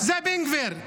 זה בן גביר,